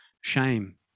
shame